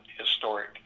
historic